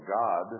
God